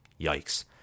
Yikes